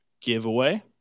giveaway